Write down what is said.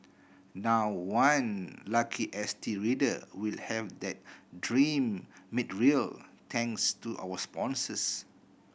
now one lucky S T reader will have that dream made real thanks to our sponsors